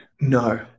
No